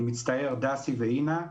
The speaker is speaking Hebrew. אני מצטער דסי ואינה.